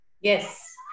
Yes